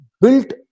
built